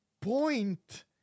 point